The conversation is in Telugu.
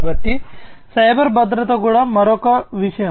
కాబట్టి సైబర్ భద్రత కూడా మరొక విషయం